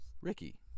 Ricky